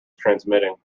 transmitting